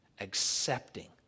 accepting